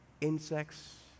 insects